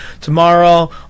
tomorrow